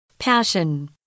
Passion